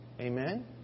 Amen